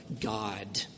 God